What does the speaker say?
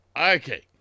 Okay